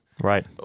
Right